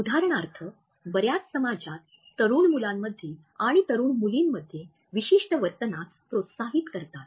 उदाहरणार्थ बर्याच समाजात तरुण मुलामध्ये आणि तरुण मुलींमध्ये विशिष्ट वर्तनास प्रोत्साहित करतात